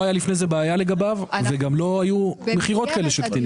היה לפני זה בעיה לגביו וגם לא היו מכירות כאלה של קטינים.